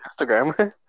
Instagram